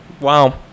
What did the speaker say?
Wow